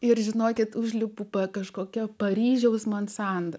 ir žinokit užlipu pas kažkokią paryžiaus mansardą